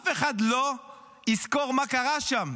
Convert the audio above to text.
אף אחד לא יזכור מה קרה שם.